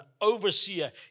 overseer